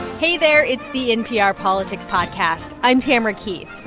hey there. it's the npr politics podcast. i'm tamara keith.